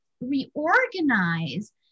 reorganize